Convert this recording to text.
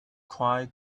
quite